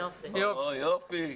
יופי.